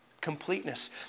completeness